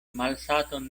malsaton